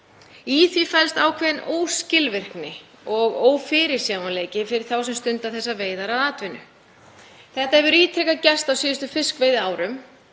Í því felst ákveðin óskilvirkni og ófyrirsjáanleiki fyrir þá sem stunda þessar veiðar að atvinnu. Þetta hefur ítrekað gerst á síðustu fiskveiðiárum